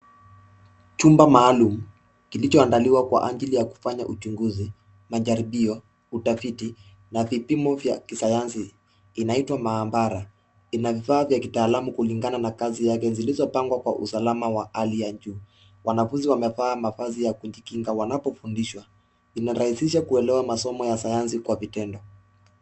Chumba maalum kilichoandaliwa kwa ajili ya kufanya uchunguzi, majaribio, utafiti na vipimo vya kisayansi inaitwa maabara. Ina vifaa vya kitaalam kulingana na kazi yake zilizopangwa kwa usalama wa hali ya juu. Wanafunzi wamevaa mavazi ya kujikinga wanapofundishwa. Inarahisisha kuelewa masomo ya sayansi kwa vitendo.